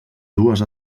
dues